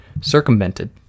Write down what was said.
circumvented